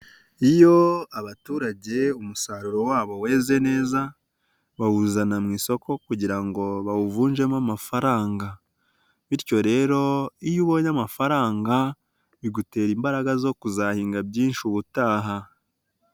Iyo abaturage umusaruro wabo weze neza, bawuzana mu isoko kugira ngo bawuvujemo amafaranga. Bityo rero iyo ubonye amafaranga, bigutera imbaraga zo kuzahinga byinshi ubutaha.